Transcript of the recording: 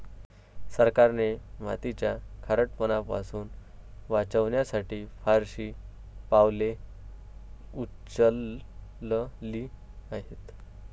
सरकारने मातीचा खारटपणा पासून वाचवण्यासाठी फारशी पावले उचलली आहेत